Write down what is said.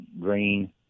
Green